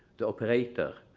the operator.